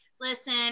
Listen